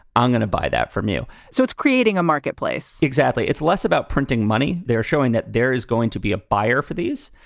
i'm going to buy that from you. so it's creating a marketplace. exactly. it's less about printing money. they're showing that there is going to be a buyer for these.